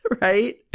right